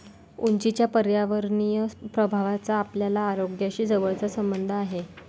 उंचीच्या पर्यावरणीय प्रभावाचा आपल्या आरोग्याशी जवळचा संबंध आहे